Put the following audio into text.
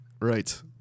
Right